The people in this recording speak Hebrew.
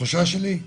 התחושה שלי היא